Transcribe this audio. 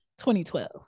2012